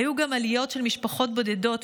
היו גם עליות של משפחות בודדות,